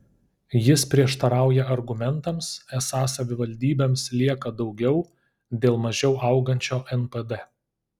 jis prieštarauja argumentams esą savivaldybėms lieka daugiau dėl mažiau augančio npd